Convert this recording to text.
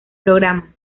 programa